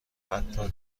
حتی